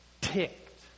ticked